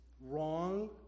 wrong